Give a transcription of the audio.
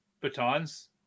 batons